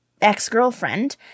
ex-girlfriend